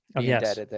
yes